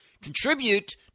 Contribute